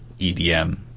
edm